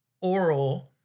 oral